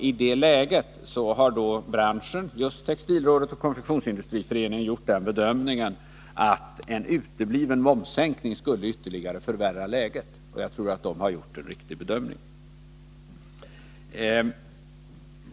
I det läget har branschen, just textilrådet och Konfektionsindustriföreningen, gjort den bedömningen att en utebliven momssänkning ytterligare skulle ha förvärrat läget. Jag tror att de har gjort en riktig bedömning.